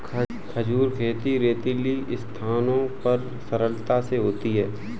खजूर खेती रेतीली स्थानों पर सरलता से होती है